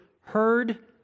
heard